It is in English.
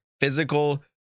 physical